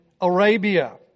Arabia